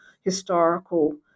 historical